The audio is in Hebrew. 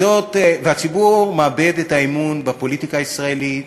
והציבור מאבד את האמון בפוליטיקה הישראלית,